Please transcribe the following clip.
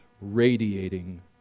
radiating